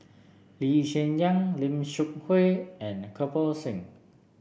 Lee Hsien Yang Lim Seok Hui and Kirpal Singh